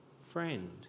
friend